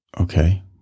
okay